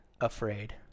afraid